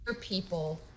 people